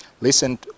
Listen